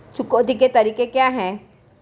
चुकौती के तरीके क्या हैं?